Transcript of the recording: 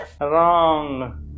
Wrong